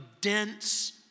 dense